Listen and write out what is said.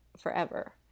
forever